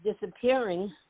disappearing